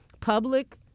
Public